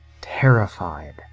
terrified